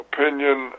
Opinion